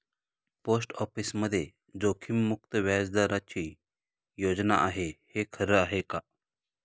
Post ऑफिसमध्ये जोखीममुक्त व्याजदराची योजना आहे, हे खरं आहे का?